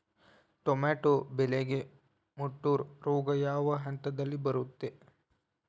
Tomato ಬೆಳೆಗೆ ಮುಟೂರು ರೋಗ ಯಾವ ಹಂತದಲ್ಲಿ ಬರುತ್ತೆ?